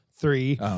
Three